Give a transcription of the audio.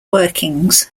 workings